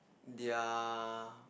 their